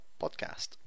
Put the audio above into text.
podcast